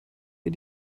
ihr